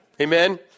Amen